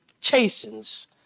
chastens